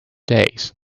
days